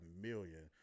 million